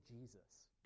Jesus